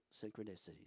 synchronicities